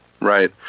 Right